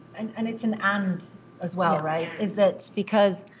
and it's an and as well, right. is that because,